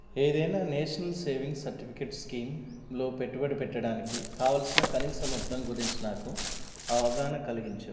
ఏదైనా national savings certificate స్కీమ్లో పెట్టుబడి పెట్టడానికి కావలసిన కనీస మొత్తం గురించి నాకు అవగాహన కలిగించు